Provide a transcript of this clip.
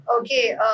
Okay